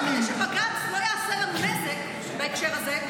אבל שבג"ץ לא יעשה לנו נזק בהקשר הזה,